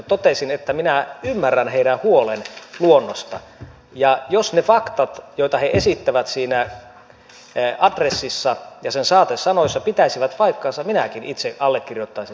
totesin että minä ymmärrän heidän huolensa luonnosta ja jos ne faktat joita he esittävät siinä adressissa ja sen saatesanoissa pitäisivät paikkansa minäkin itse allekirjoittaisin sen adressin